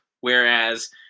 whereas